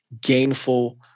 gainful